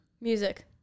Music